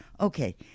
Okay